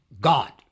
God